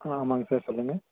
ஆ ஆமாங்க சார் சொல்லுங்கள்